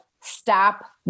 stop